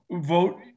vote